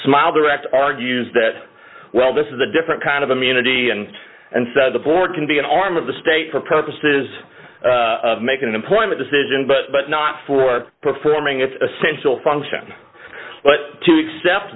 smiled direct argues that well this is a different kind of immunity and and so the board can be an arm of the state for purposes of making an employment decision but not for performing its essential function but to accept